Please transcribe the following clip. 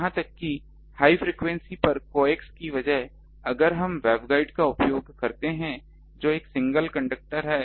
यहां तक कि हाई फ्रीक्वेंसी पर कोएक्स की बजाय अगर हम वेवगाइड का उपयोग करते हैं जो एक सिंगल कंडक्टर है